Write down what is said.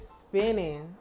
spinning